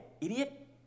idiot